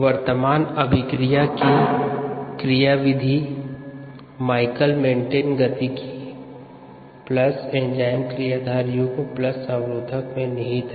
वर्तमान अभिक्रिया की क्रियाविधि माइकलिस मेन्टेन गतिकी एंजाइम क्रियाधार युग्म अवरोधक में निहित है